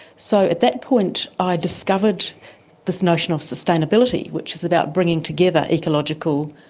so at that point i discovered this notion of sustainability, which is about bringing together ecological,